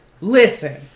listen